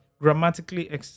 Grammatically